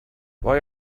why